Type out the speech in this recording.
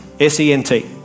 S-E-N-T